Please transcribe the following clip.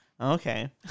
okay